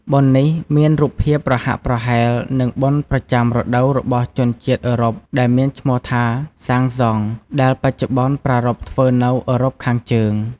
បុណ្យនេះមានរូបភាពប្រហាក់ប្រហែល នឹងបុណ្យប្រចាំរដូវរបស់ជនជាតិអឺរ៉ុបដែលមានឈ្មោះថា សាំងហ្សង់ ដែលបច្ចុប្បន្នប្រារព្ធធ្វើនៅអឺរ៉ុបខាងជើង។